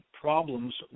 problems